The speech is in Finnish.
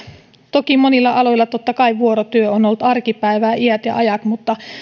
toki monilla aloilla totta kai vuorotyö on ollut arkipäivää iät ja ajat mutta